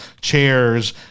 chairs